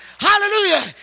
Hallelujah